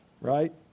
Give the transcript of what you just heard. right